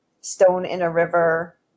stone-in-a-river